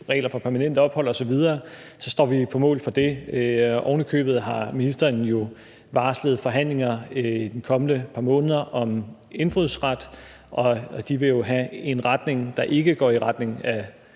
regler for permanent ophold osv., så står vi på mål for det. Ovenikøbet har ministeren jo varslet forhandlinger i de kommende par måneder om indfødsret, og de vil jo have en retning, der ikke går mod